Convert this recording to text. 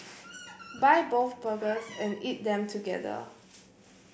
buy both burgers and eat them together